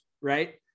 right